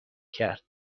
کرد